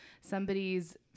somebody's